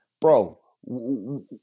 bro